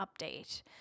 update